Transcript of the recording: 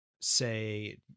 say